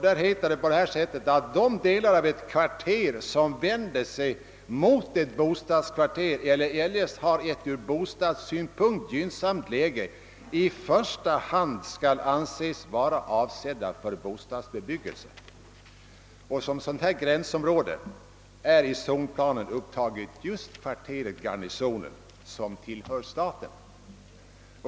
Det heter där, att de delar av ett kvarter, som vänder sig mot ett bostadskvarter eller eljest har ett ur bostadssynpunkt gynnsamt läge, i första hand skall anses vara avsett för bostadsbebyggelse. Som ett sådant gränsområde är i zonplanen upptaget just kvarteret Garnisonen, som tillhör staten.